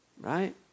Right